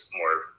more